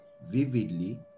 vividly